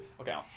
okay